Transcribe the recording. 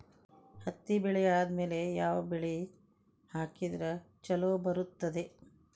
ಹತ್ತಿ ಬೆಳೆ ಆದ್ಮೇಲ ಯಾವ ಬೆಳಿ ಹಾಕಿದ್ರ ಛಲೋ ಬರುತ್ತದೆ?